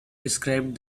described